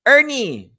Ernie